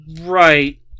Right